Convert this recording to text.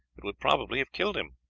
it would probably have killed him.